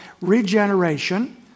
regeneration